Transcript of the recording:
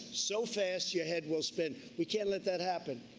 so fast your head will spin. we can't let that happen.